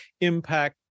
impact